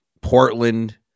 Portland